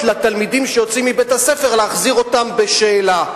לתלמידים שיוצאים מבית-הספר להחזיר אותם בשאלה.